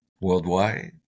worldwide